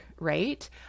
right